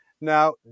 Now